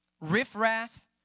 Riff-raff